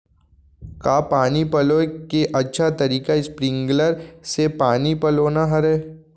का पानी पलोय के अच्छा तरीका स्प्रिंगकलर से पानी पलोना हरय?